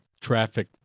traffic